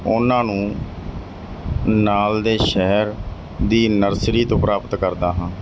ਉਹਨਾਂ ਨੂੰ ਨਾਲ ਦੇ ਸ਼ਹਿਰ ਦੀ ਨਰਸਰੀ ਤੋਂ ਪ੍ਰਾਪਤ ਕਰਦਾ ਹਾਂ